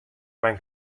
men